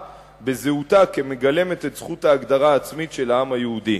בזהותה כמגלמת את זכות ההגדרה העצמית של העם היהודי.